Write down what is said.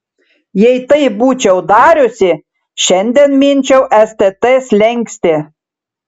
jei taip būčiau dariusi šiandien minčiau stt slenkstį